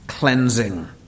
cleansing